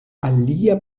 alia